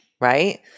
Right